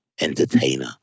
entertainer